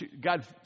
God